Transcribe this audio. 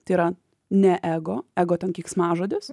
tai yra ne ego ego ten keiksmažodis